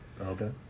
Okay